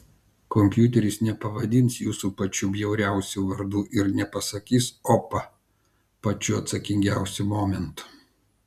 kompiuteris nepavadins jūsų pačiu bjauriausiu vardu ir nepasakys opa pačiu atsakingiausiu momentu